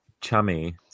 Chummy